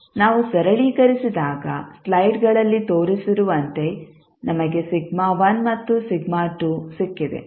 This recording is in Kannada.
ನಾವು ಸರಳೀಕರಿಸಿದಾಗ ಸ್ಲೈಡ್ಗಳಲ್ಲಿ ತೋರಿಸಿರುವಂತೆ ನಮಗೆ ಮತ್ತು ಸಿಕ್ಕಿದೆ